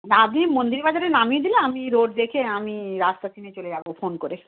না আপনি মন্দিরবাজারে নামিয়ে দিলে আমি রোড দেখে আমি রাস্তা চিনে চলে যাব ফোন করে